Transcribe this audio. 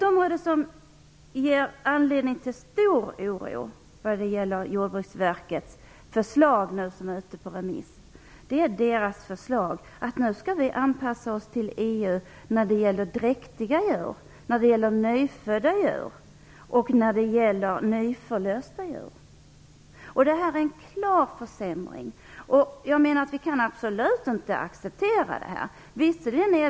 Något som ger anledning till stor oro vad gäller Jordbruksverkets förslag, som är ute på remiss, är förslaget att vi skall anpassa oss till EU när det gäller dräktiga djur, nyfödda djur och nyförlösta djur. Förslaget innebär en klar försämring. Vi kan absolut inte acceptera det.